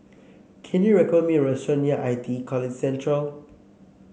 can you recommend me a restaurant near I T E College Central